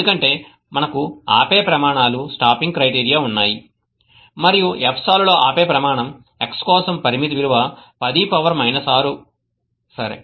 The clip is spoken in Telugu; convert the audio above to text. ఎందుకంటే మాకు ఆపే ప్రమాణాలు ఉన్నాయి మరియు fsol లో ఆపే ప్రమాణం x కోసం పరిమితి విలువ 10 6 సరే